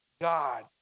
God